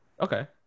Okay